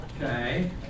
Okay